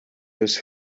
this